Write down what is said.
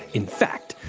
in fact,